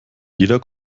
jeder